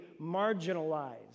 marginalized